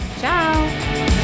Ciao